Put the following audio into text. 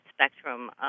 spectrum